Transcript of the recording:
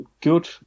good